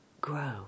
grow